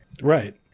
right